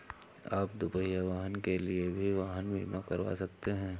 आप दुपहिया वाहन के लिए भी वाहन बीमा करवा सकते हैं